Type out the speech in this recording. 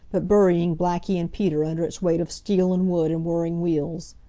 but burying blackie and peter under its weight of steel and wood and whirring wheels.